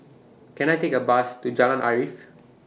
Can I Take A Bus to Jalan Arif